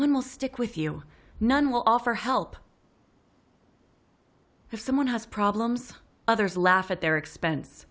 one will stick with you none will offer help if someone has problems others laugh at their expense